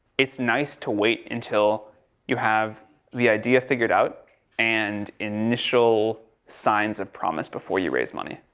it's nice to wait until you have the idea figured out and initial signs of promise before you raise money.